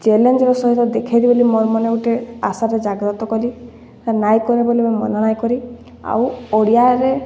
ଚ୍ୟାଲେଞ୍ଜ୍ର ସହିତ ଦେଖେଇଦେବି ବୋଲି ମୋର୍ ମନେ ଗୋଟେ ଆଶାର ଜାଗ୍ରତ କଲି ନାଇଁ କାରେ ବଲି ମୁଇଁ ମନା ନାଇଁ କଲି ଆଉ ଓଡ଼ିଆରେ